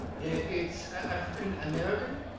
it's african-american.